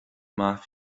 maith